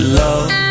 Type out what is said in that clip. love